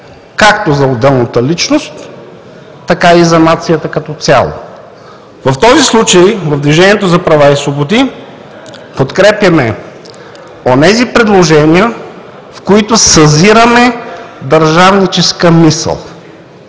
както за отделната личност, така и за нацията като цяло. В този случай в „Движението за права и свободи“ подкрепяме онези предложения, в които съзираме държавническа мисъл.